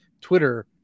Twitter